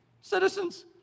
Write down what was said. Citizens